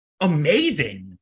amazing